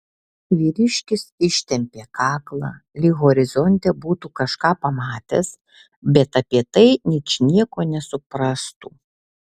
vyriškis ištempė kaklą lyg horizonte būtų kažką pamatęs bet apie tai ničnieko nesuprastų